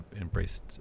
embraced